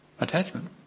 Attachment